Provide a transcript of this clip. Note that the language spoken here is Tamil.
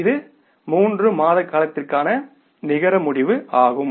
இது மூன்று மாத காலத்திற்கான நிகர முடிவு ஆகும்